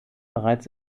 bereits